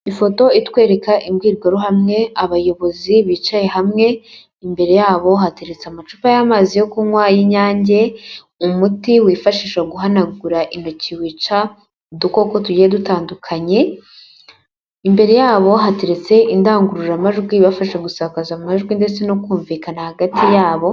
Ifoto itwereka imbwirwaruhame abayobozi bicaye hamwe imbere yabo hateretse amacupa y'amazi yo kunywa y'inyange, umuti wifashisha guhanagura intoki wica udukoko tugiye dutandukanye, imbere yabo hateretse indangururamajwi ibafasha gusakaza amajwi ndetse no kumvikana hagati yabo.